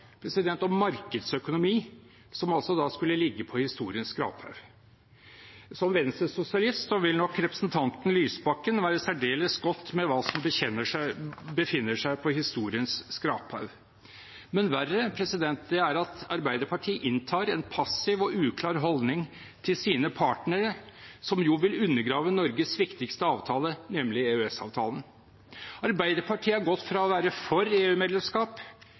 om markedsøkonomi, som altså skulle ligge på historiens skraphaug. Som venstresosialist vil nok representanten Lysbakken være særdeles godt kjent med hva som befinner seg på historiens skraphaug. Verre er det at Arbeiderpartiet inntar en passiv og uklar holdning til sine partnere som vil undergrave Norges viktigste avtale, nemlig EØS-avtalen. Arbeiderpartiet har gått fra å være for